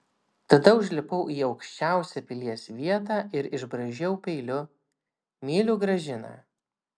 tada užlipau į aukščiausią pilies vietą ir išbraižiau peiliu myliu gražiną